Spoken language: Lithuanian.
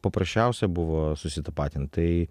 paprasčiausia buvo susitapatint tai